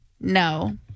No